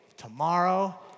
Tomorrow